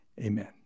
amen